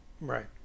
Right